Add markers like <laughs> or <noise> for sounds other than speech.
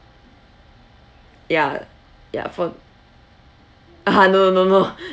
ya ya for ah <laughs> no no no no <laughs>